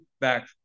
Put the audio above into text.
back